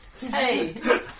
Hey